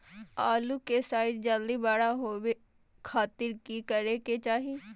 आलू के साइज जल्दी बड़ा होबे खातिर की करे के चाही?